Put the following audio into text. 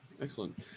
Excellent